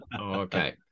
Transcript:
okay